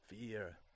fear